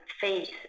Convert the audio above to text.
face